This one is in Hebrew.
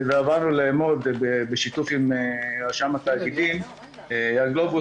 בשיתוף עם רשם התאגידים אייל גלובוס,